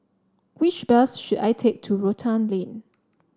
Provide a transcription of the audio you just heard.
which bus should I take to Rotan Lane